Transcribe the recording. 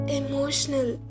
emotional